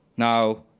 now,